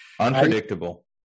Unpredictable